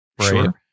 Sure